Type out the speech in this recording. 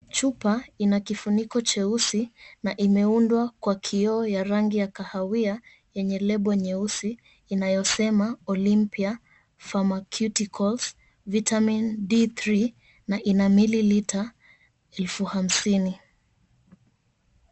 Chupa ina kifuniko cheusi na imeundwa kwa kioo ya rangi ya kahawia, yenye lebo nyeusi inayosema, "Olympia Pharmaceuticals, Vitamin D3," na ina mililita elfu hamsini.